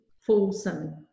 fulsome